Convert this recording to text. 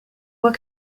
what